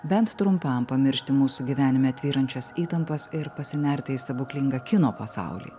bent trumpam pamiršti mūsų gyvenime tvyrančias įtampas ir pasinerti į stebuklingą kino pasaulį